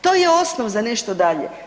To je osnov za nešto dalje.